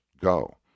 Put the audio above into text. go